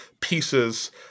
pieces